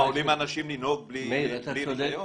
עולים אנשים לנהוג בלי רישיון?